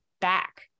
back